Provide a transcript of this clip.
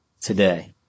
today